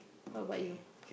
what about you